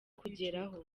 kugeraho